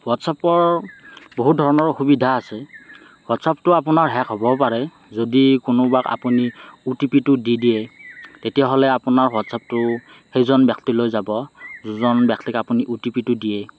হোৱাট্চআপৰ বহুত ধৰণৰ অসুবিধা আছে হোৱাট্চআপটো আপোনাৰ হেক হ'বও পাৰে যদি কোনোবাক আপুনি অ টি পিটো দি দিয়ে তেতিয়াহ'লে আপোনাৰ হোৱাট্চআপটো সেইজন ব্যক্তিলৈ যাব যোজন ব্যক্তিক আপুনি অ টি পিটো দিয়ে